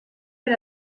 per